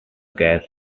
gas